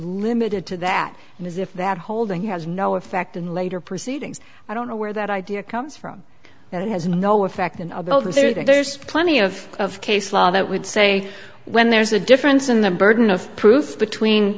limited to that and as if that holding has no effect in later proceedings i don't know where that idea comes from and it has no effect in a building there's plenty of of case law that would say when there's a difference in the burden of proof between